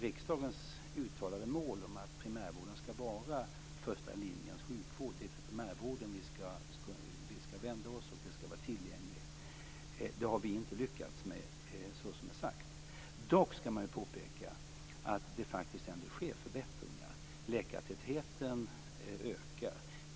Riksdagens uttalade mål om att primärvården skall vara första linjens sjukvård, att det är till primärvården vi skall vända oss och att den skall vara tillgänglig, har vi inte lyckats med såsom är sagt. Dock skall man påpeka att det ändå sker förbättringar. Läkartätheten ökar.